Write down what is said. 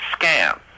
scam